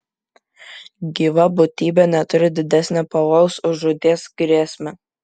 gyva būtybė neturi didesnio pavojaus už žūties grėsmę